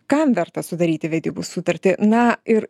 kam verta sudaryti vedybų sutartį na ir